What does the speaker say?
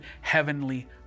heavenly